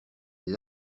des